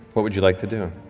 what would you like to do?